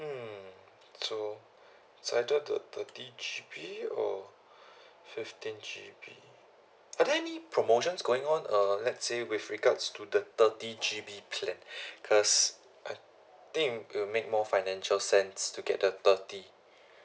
hmm so either the thirty G_B or fifteen G_B are there any promotions going on err let's say with regards to the thirty G_B plan because I think you make more financial sense to get the thirty